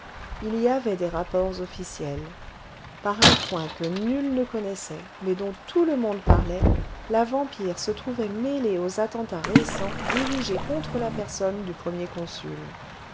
il y avait des rapports officiels par un coin que nul ne connaissait mais dont tout le monde parlait la vampire se trouvait mêlée aux attentats récents dirigés contre la personne du premier consul